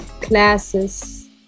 classes